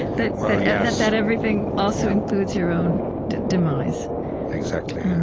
that yeah that that everything also includes your own demise exactly,